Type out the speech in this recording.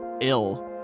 ill